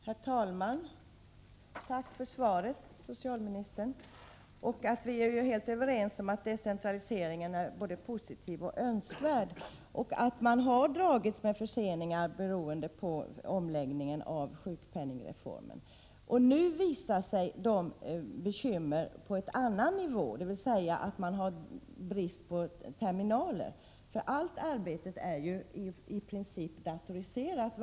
Herr talman! Tack för svaret, socialministern! Vi är ju helt överens om att decentraliseringen är både positiv och önskvärd och att det har varit förseningar på grund av omläggningen när det gäller sjukpenningreformen. Nu har det uppstått bekymmer på ett annat område: man har brist på terminaler. Allt arbete är ju i princip datoriserat.